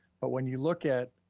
but when you look at